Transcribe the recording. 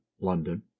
London